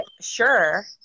sure